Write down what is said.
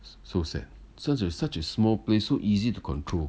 s~ so sad such a such a small place so easy to control